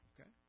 Okay